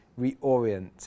reorient